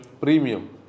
premium